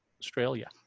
Australia